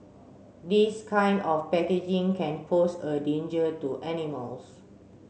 this kind of packaging can pose a danger to animals